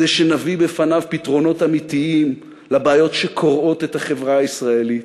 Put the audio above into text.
כדי שנביא בפניו פתרונות אמיתיים לבעיות שקורעות את החברה הישראלית.